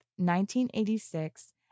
1986